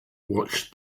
watched